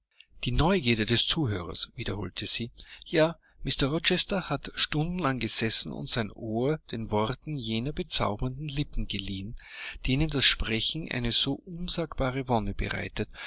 die neugierde des zuhörers wiederholte sie ja mr rochester hat stundenlang gesessen und sein ohr den worten jener bezaubernden lippen geliehen denen das sprechen eine so unsagbare wonne bereitete